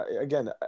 again